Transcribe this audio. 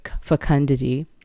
fecundity